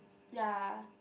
ya